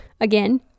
again